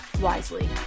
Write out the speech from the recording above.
wisely